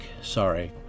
Sorry